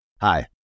Hi